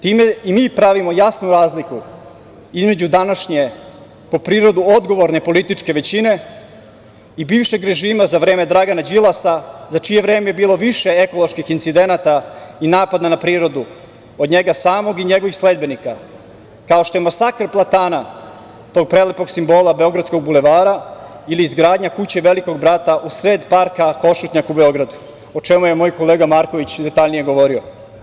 Time i mi pravimo jasnu razliku između današnje po prirodu odgovorne političke većine i bivšeg režima za vreme Dragana Đilasa, za čije vreme je bilo više ekoloških incidenata i napada na prirodu od njega samog i njegovih sledbenika, kao što je masakr platana, tog prelepog simbola beogradskog bulevara ili izgradnja kuće „Velikog brata“ usred parka Košutnjak u Beogradu, o čemu je moj kolega Marković detaljnije govorio.